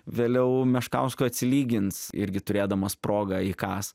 vėliau meškauskui atsilygins irgi turėdamas progą įkąs